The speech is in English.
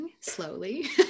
slowly